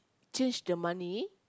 change the money